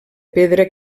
pedra